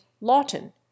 Lawton